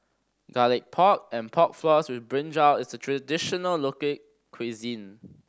Garlic Pork and Pork Floss with brinjal is a traditional local cuisine